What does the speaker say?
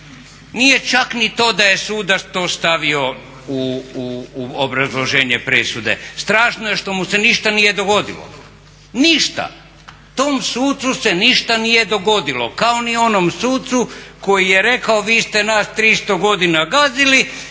nije čak ni to da je sudac to stavio u obrazloženje presude. Strašno je što mu se ništa nije dogodilo, ništa. Tom sucu se ništa nije dogodilo kao ni onom sucu koji je rekao vi ste nas 300 godina gazili